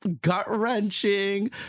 gut-wrenching